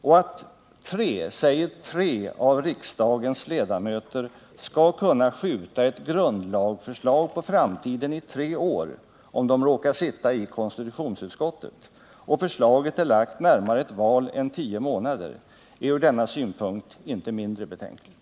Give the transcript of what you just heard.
Och att tre, säger tre, av riksdagens ledamöter skall kunna skjuta ett grundlagsförslag på framtiden i tre år, om de råkar sitta i konstitutionsutskottet och förslaget är framlagt närmare ett val än tio månader, är från denna synpunkt inte mindre betänkligt.